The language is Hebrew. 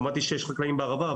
שמעתי שיש חקלאים בערבה,